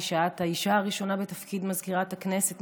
שאת האישה הראשונה בתפקיד מזכירת הכנסת,